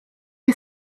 you